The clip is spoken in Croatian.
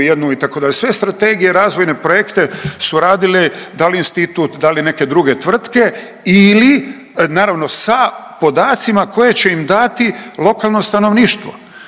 sve strategije razvojne projekte su radili dal institut, da li neke druge tvrtke ili naravno sa podacima koje će im dati lokalno stanovništvo.